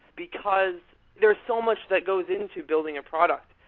because there's so much that goes into building a product,